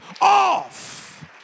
off